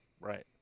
right